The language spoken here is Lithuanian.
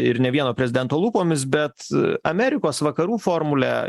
ir ne vieno prezidento lūpomis bet amerikos vakarų formulė